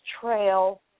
trail